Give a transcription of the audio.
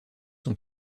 sont